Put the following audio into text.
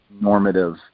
normative